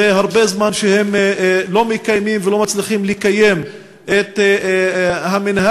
הרבה זמן שהם לא מקיימים ולא מצליחים לקיים את המנהג